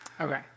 Okay